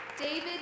David